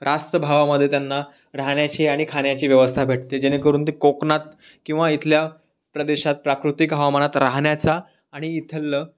रास्त भावामध्ये त्यांना राहण्याची आणि खाण्याची व्यवस्था भेटते जेणेकरून ते कोकणात किंवा इथल्या प्रदेशात प्राकृतिक हवामानात राहण्याचा आणि इथलं